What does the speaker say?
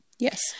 Yes